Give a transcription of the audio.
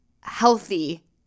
healthy